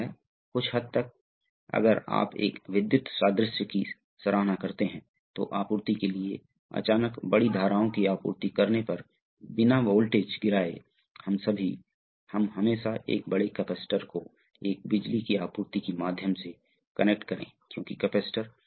तो यहाँ एक है यहाँ दो प्रकार के सर्वो वाल्व निर्माण का असामान्य प्रकार है देखें कि क्या हो रहा है आपके पास पहले दो प्रकार के दबाव नोड हैं सबसे पहले आप मुख्य वाल्व कहाँ हैं और पायलट वाल्व कहाँ है